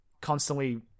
constantly